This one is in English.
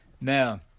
Now